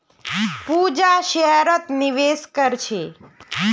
पूजा शेयरत निवेश कर छे